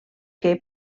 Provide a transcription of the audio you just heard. que